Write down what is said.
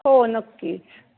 हो नक्कीच